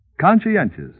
Conscientious